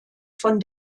von